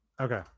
Okay